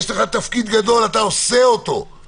יש לך תפקיד גדול ואתה עושה אותו עם